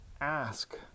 ask